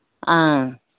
ꯑꯥ